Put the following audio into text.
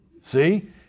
See